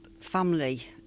family